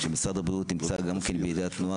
וזאת בשעה שמשרד הבריאות גם נמצא בידי התנועה.